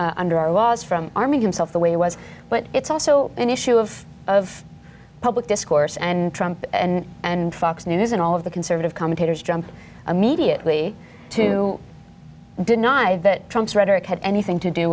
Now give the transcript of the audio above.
under our laws from arming himself the way he was but it's all so an issue of of public discourse and trump and fox news and all of the conservative commentators jumped immediately to deny that trump's rhetoric had anything to do